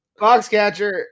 Foxcatcher